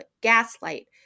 gaslight